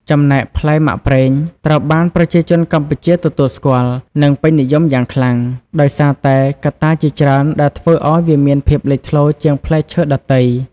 ចំណែក ផ្លែមាក់ប្រេងត្រូវបានប្រជាជនកម្ពុជាទទួលស្គាល់ និងពេញនិយមយ៉ាងខ្លាំង ដោយសារតែកត្តាជាច្រើនដែលធ្វើឲ្យវាមានភាពលេចធ្លោជាងផ្លែឈើដទៃ។